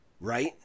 Right